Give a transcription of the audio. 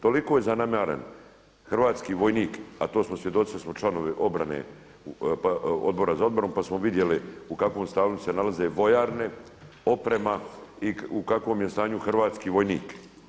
Toliko je zanemaren hrvatski vojnik, a to smo svjedoci jer smo članovi obrane, Odbora za obranu pa smo vidjeli u kakvom stanju se nalaze vojarne, oprema i u kakvom j e stanju hrvatski vojnik.